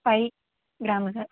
five கிராமுக்கு